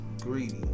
greedy